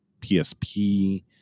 PSP